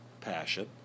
passion